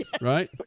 Right